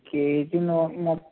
KG నూటము